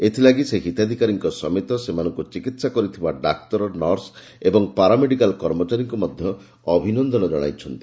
ଏଥିଲାଗି ସେ ହିତାଧିକାରୀମାନଙ୍କ ସମେତ ସେମାନଙ୍କୁ ଚିକିତ୍ସା କରିଥିବା ଡାକ୍ତର ନର୍ସ ଓ ପାରା ମେଡିକାଲ୍ କର୍ମଚାରୀମାନଙ୍କୁ ମଧ୍ୟ ଅଭିନନ୍ଦନ ଜଣାଇଛନ୍ତି